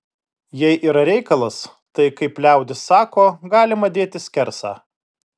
jei yra reikalas tai kaip liaudis sako galima dėti skersą